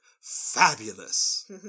fabulous